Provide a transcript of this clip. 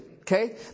Okay